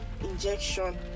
injection